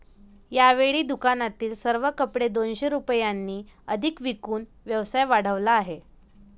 यावेळी दुकानातील सर्व कपडे दोनशे रुपयांनी अधिक विकून व्यवसाय वाढवला आहे